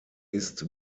ist